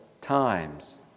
times